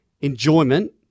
enjoyment